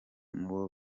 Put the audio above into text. mubo